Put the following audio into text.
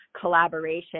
collaboration